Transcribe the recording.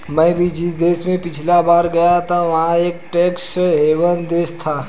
मैं भी जिस देश में पिछली बार गया था वह एक टैक्स हेवन देश था